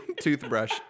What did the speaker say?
toothbrush